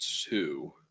two